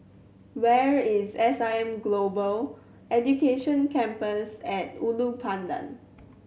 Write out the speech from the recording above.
where is S I M Global Education Campus and Ulu Pandan